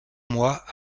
mois